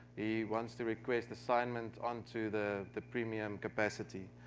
wants to request assignment onto the the premium capacity,